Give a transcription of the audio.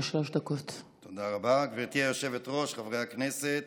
שבנגב מאכלס גני ילדים